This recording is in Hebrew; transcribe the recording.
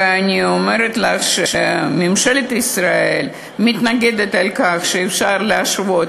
ואני אומרת לך שממשלת ישראל מתנגדת לכך שאפשר להשוות